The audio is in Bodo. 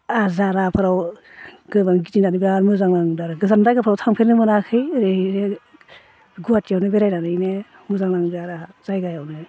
आजाराफोराव गोबां गिदिंनानैबो बिराद मोजां नांदों आरो गोजान जायगाफोराव थांफेरनो मोनाखै ओरै ओरै गुवाहाटीयावनो बेरायनानैनो मोजां नांदो आरो जायगायावनो